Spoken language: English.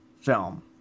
film